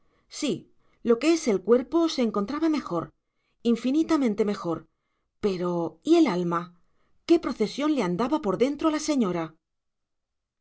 sí lo que es el cuerpo se encontraba mejor infinitamente mejor pero y el alma qué procesión le andaba por dentro a la señora